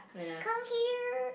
come here